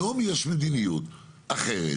היום יש מדיניות אחרת